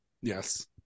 Yes